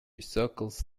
circles